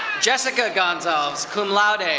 jessica gonzalez, cum laude.